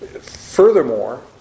furthermore